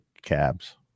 cabs